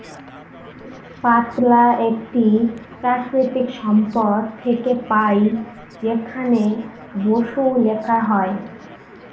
পাতলা একটি প্রাকৃতিক সম্পদ থেকে পাই যেখানে বসু লেখা হয়